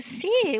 see